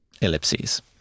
ellipses